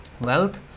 wealth